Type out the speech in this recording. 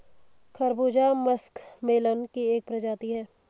खरबूजा मस्कमेलन की एक प्रजाति है